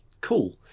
cool